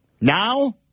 Now